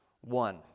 one